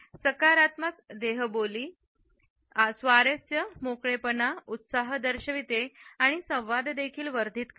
सकारात्मक देहबोली स्वारस्य मोकळेपणा उत्साह दर्शवते आणि संवाद देखील वर्धित करते